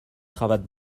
cravates